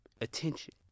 attention